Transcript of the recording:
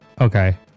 Okay